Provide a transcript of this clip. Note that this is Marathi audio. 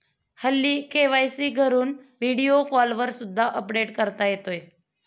हल्ली के.वाय.सी घरून व्हिडिओ कॉलवर सुद्धा अपडेट करता येते